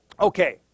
Okay